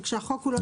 וכשהחוק עולה --?